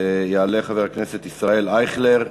יעלה חבר הכנסת ישראל אייכלר,